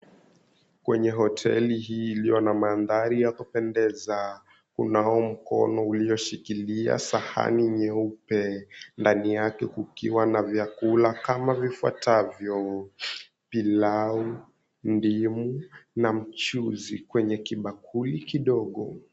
Kwenye hoteli hii iliyo na mandhari ya kupendeza, kunao mkono ulioshikilia sahani nyeupe, ndani yake kukiwa na vyakula kama vifuatavyo: pilau, ndimu, na mchuzi kwenye kibakuli kidogo.